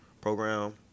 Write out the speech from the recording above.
Program